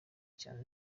cyane